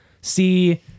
see